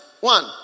one